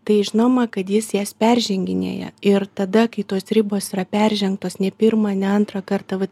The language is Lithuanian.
tai žinoma kad jis jas perženginėja ir tada kai tos ribos yra peržengtos ne pirma ne antrą kartą vat